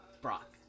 Brock